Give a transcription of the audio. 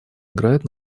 играет